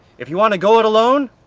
if you want to go it alone,